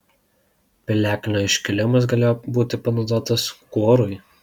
piliakalnio iškilimas galėjo būti panaudotas kuorui